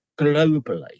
globally